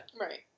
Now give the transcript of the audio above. Right